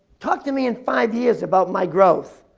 talk to me in five years about my growth.